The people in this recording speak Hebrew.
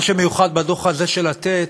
מה שמיוחד בדוח הזה של "לתת"